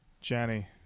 Jenny